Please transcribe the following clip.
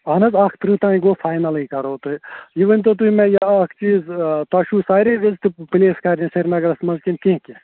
آہَن حظ اَکھ ترٕٛہ تانۍ گوٚو فاینلٕۍ کَرہو تۅہہِ یہِ ؤنۍتَو تُہۍ مےٚ یہِ اَکھ چیٖز تۅہہِ چھُو ساریٚے وِزٕٹہٕ پُلیس کَرنہِ سِری نگرَس منٛز کِنہٕ کیٚنٛہہ کیٚنٛہہ